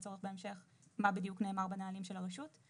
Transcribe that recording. צורך בהמשך מה בדיוק נאמר בנהלים של הרשות,